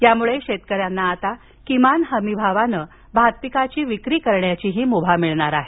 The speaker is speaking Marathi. यामूळे शेतकऱ्यांना आता किमान हमीभावानं भात पिकाची विक्री करण्याची मुभा मिळणार आहे